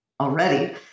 already